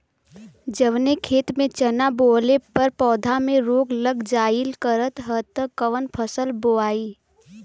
जवने खेत में चना बोअले पर पौधा में रोग लग जाईल करत ह त कवन फसल बोआई?